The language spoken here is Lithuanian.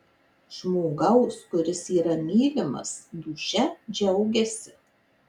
žmogaus kuris yra mylimas dūšia džiaugiasi